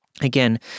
Again